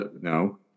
No